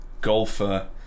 golfer